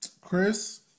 Chris